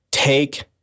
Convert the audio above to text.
Take